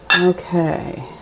Okay